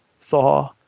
thaw